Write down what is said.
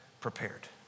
prepared